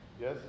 Yes